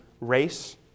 race